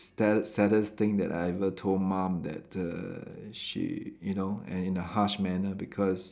that's saddest thing that I've ever told mum that err she you know and in the hush manner because